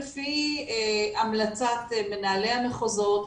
לפי המלצת מנהלי המחוזות,